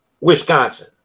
Wisconsin